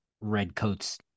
Redcoat's